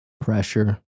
pressure